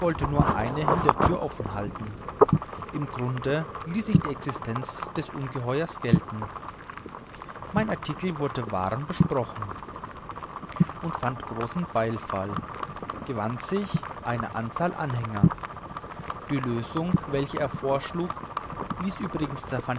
nur eine hinterthüre offen halten im grunde ließ ich die existenz des ungeheuers gelten mein artikel wurde warm besprochen und fand großen beifall gewann sich eine anzahl anhänger die lösung welche er vorschlug ließ